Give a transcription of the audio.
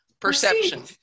Perception